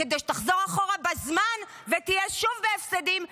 כדי שתחזור אחורה בזמן ותהיה שוב בהפסדים,